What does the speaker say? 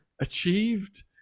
achieved